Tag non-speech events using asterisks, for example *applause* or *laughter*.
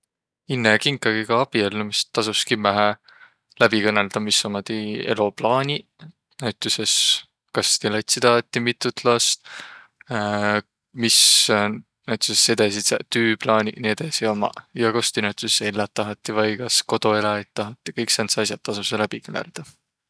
Inne kinkagiga abiellumist tasus kimmähe läbi kõnõldaq, mis ummaq tiiq elo plaaniq. Näütüses, kas tiiq latsi tahatiq, mitut last, *hesitation* mis näütüses edesidseq tüüplaaniq ja nii edesi ummaq. Ja kos tiiq näütüses elläq tahatiq vai kas kodo eläjit tahatiq, kõik säändseq as'aq tasosõq läbi kõnõldaq.